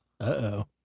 uh-oh